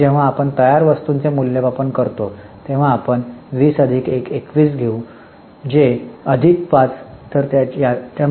मग जेव्हा आपण तयार वस्तूंचे मूल्यमापन करतो तेव्हा आपण 20 अधिक 1 घेऊ जे 21 अधिक 5 असेल